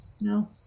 no